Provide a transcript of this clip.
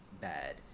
bad